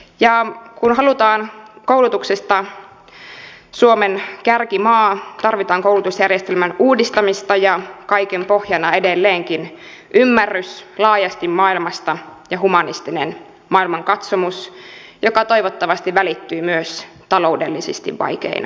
ja kun halutaan suomesta koulutuksen kärkimaa tarvitaan koulutusjärjestelmän uudistamista ja kaiken pohjana on edelleenkin ymmärrys laajasti maailmasta ja humanistinen maailmankatsomus joka toivottavasti välittyy myös taloudellisesti vaikeina aikoina